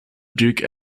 duke